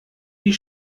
die